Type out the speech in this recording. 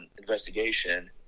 investigation